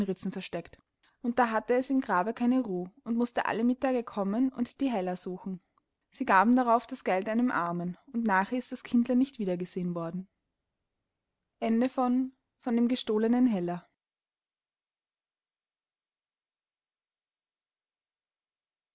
versteckt und da hatte es ihm grabe keine ruh und mußte alle mittage kommen und die heller suchen sie gaben darauf das geld einem armen und nachher ist das kindlein nicht wieder gesehen worden